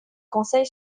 conseil